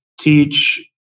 teach